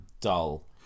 dull